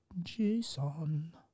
Jason